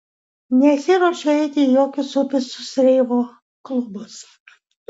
nesiruošiu eiti į jokius supistus reivo klubus